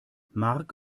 marc